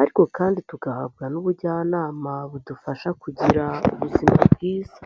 ariko kandi tugahabwa n'ubujyanama budufasha kugira ubuzima bwiza.